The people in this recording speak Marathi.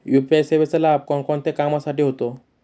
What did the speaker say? यू.पी.आय सेवेचा लाभ कोणकोणत्या कामासाठी होतो?